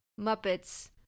Muppets